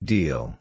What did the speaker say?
Deal